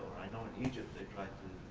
i know in egypt they tried to